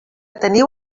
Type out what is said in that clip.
teniu